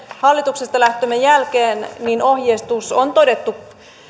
hallituksesta lähtömme jälkeen ohjeistus on todettu